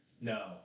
No